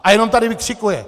A jenom tady vykřikuje?